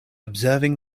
observing